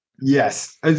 yes